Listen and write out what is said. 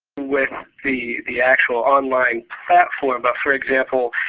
with the the actual online platform. but for example,